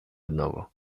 одного